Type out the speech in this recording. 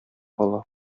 ала